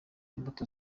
imbuto